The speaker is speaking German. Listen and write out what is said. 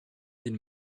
den